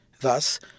Thus